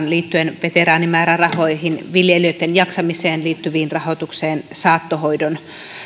liittyen veteraanimäärärahoihin viljelijöitten jaksamiseen liittyvään rahoitukseen saattohoidon